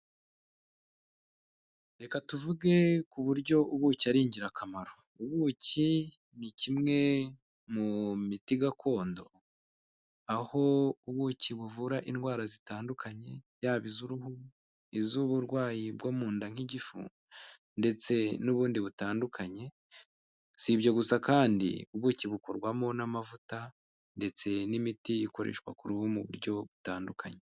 Reka tuvuge ku buryo ubuki ari ingirakamaro, ubuki ni kimwe mu miti gakondo, aho ubuki buvura indwara zitandukanye, yaba iz'uruhu iz'uburwayi bwo mu nda nk'igifu ndetse n'ubundi butandukanye, si ibyo gusa kandi ubuki bukorwamo n'amavuta ndetse n'imiti ikoreshwa ku ruhu mu buryo butandukanye.